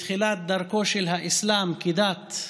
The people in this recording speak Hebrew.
מתחילת דרכו של האסלאם כדת,